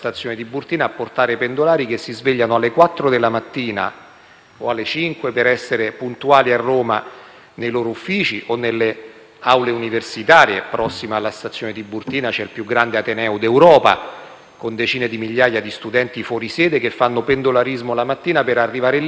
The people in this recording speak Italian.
mattina per essere puntuali a Roma nei loro uffici o nelle aule universitarie. Infatti, vicino alla stazione Tiburtina c'è il più grande ateneo d'Europa, con decine di migliaia di studenti fuori sede che la mattina fanno pendolarismo per arrivare lì e che, con la decisione di essere spostati su Anagnina,